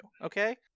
Okay